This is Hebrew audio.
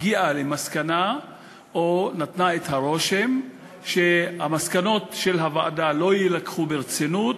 הגיעה למסקנה או נתנה את הרושם שהמסקנות של הוועדה לא יילקחו ברצינות,